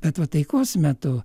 bet va taikos metu